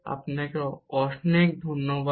আপনাকে অনেক ধন্যবাদ